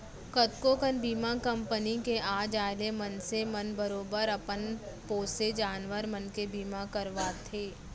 कतको कन बीमा कंपनी के आ जाय ले मनसे मन बरोबर अपन पोसे जानवर मन के बीमा करवाथें